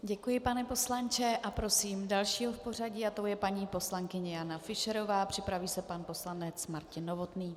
Děkuji, pane poslanče, a prosím další v pořadí a tou je paní poslankyně Jana Fischerová, připraví se pan poslanec Martin Novotný.